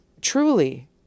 truly